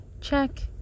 Check